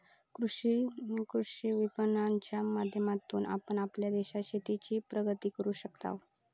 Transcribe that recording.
कृषी विपणनाच्या माध्यमातून आपण आपल्या देशाच्या शेतीची प्रगती करू शकताव